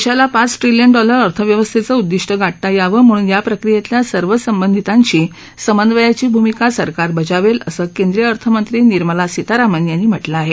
देशाला पाच trillion dollar अर्थव्यवस्थेचं उददिष्ट गाठता यावं म्हणून या प्रक्रियेतल्या सर्व संबंधितांशी समन्वयाची भूमिका सरकार बजावेल असं केंद्रीय अर्थमंत्री निर्मला सीतारामन यांनी म्हटलं आहे